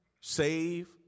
save